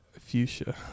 Fuchsia